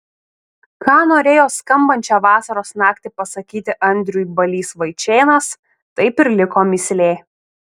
ką norėjo skambančią vasaros naktį pasakyti andriui balys vaičėnas taip ir liko mįslė